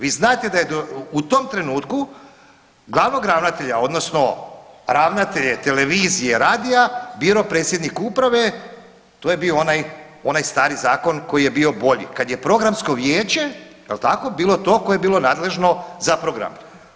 Vi znate da je u tom trenutku glavnog ravnatelja odnosno ravnatelja Televizije i Radija birao predsjednik uprave, to je bio onaj stari zakon koji je bio bolji kada je Programsko vijeće bilo to koje je bilo nadležno za program.